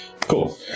Cool